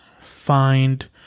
find